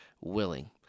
willing